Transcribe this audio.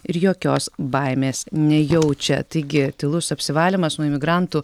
ir jokios baimės nejaučia taigi tylus apsivalymas nuo imigrantų